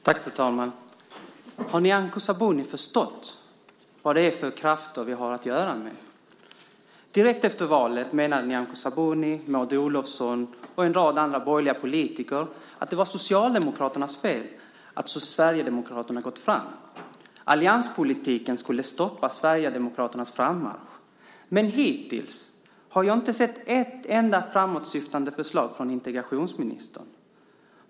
Fru talman! Har Nyamko Sabuni förstått vad det är för krafter vi har att göra med? Direkt efter valet menade Nyamko Sabuni, Maud Olofsson och en rad andra borgerliga politiker att det var Socialdemokraternas fel att Sverigedemokraterna gått framåt. Allianspolitiken skulle stoppa Sverigedemokraternas frammarsch. Hittills har jag inte sett ett enda framåtsyftande förslag från integrationsministern.